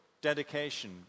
dedication